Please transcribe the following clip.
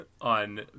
on